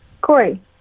Corey